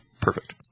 perfect